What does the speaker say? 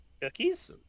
Cookies